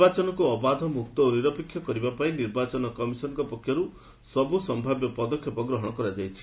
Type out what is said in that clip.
ନିର୍ବାଚନକୁ ଅବାଧ ମୁକ୍ତ ଓ ନିରପେକ୍ଷ କରିବା ପାଇଁ ନିର୍ବାଚନ କମିଶନରଙ୍କ ପକ୍ଷରୁ ସବୁ ସମ୍ଭାବ୍ୟ ପଦକ୍ଷେପ ଗ୍ରହଣ କରାଯାଇଛି